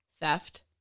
theft